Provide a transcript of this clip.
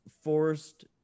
forced